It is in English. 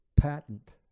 patent